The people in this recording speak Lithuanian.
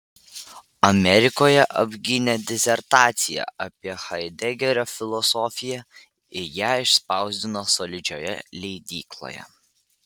amerikoje apgynė disertaciją apie haidegerio filosofiją ir ją išspausdino solidžioje leidykloje